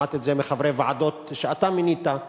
שמעתי את זה מחברי ועדות שאתה מינית.